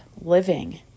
living